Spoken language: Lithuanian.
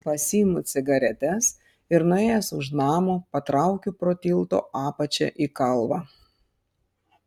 pasiimu cigaretes ir nuėjęs už namo patraukiu pro tilto apačią į kalvą